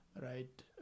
Right